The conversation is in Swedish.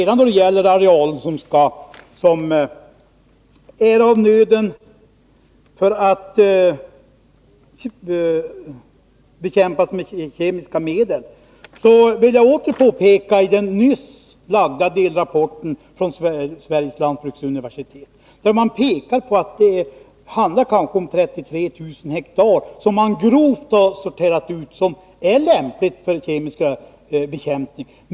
Då det gäller arealer som nödvändigtvis måste behandlas med kemiska bekämpningsmedel vill jag åter hänvisa till delrapporten från Sveriges lantbruksuniversitet. I den påpekas att det handlar om grovt räknat 33 000 hektar som man anser lämpliga för behandling med kemiska bekämpningsmedel.